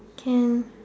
can